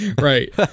Right